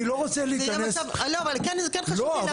זה יהיה מצב, אבל כן חשוב לי להבין.